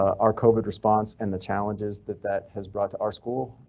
our covid response and the challenges that that has brought to our school.